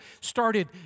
started